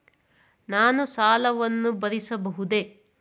ನಾನು ಸಾಲವನ್ನು ಭರಿಸಬಹುದೇ?